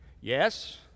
yes